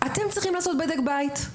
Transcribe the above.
אתם צריכים לעשות בדק בית.